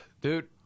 dude